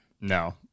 no